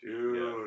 Dude